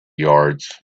yards